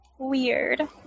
Weird